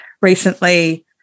recently